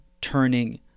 turning